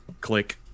Click